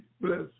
bless